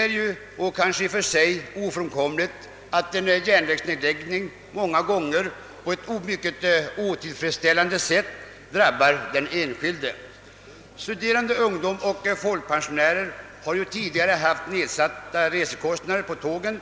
Det är kanske i och för sig ofrån komligt att en järnvägsnedläggelse många gånger på ett mycket otillfredsställande sätt drabbar den enskilde. Studerande ungdom och folkpensionärer har ju tidigare haft nedsatta resekostnader på tågen